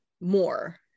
more